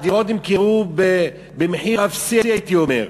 הדירות נמכרו במחיר אפסי, הייתי אומר.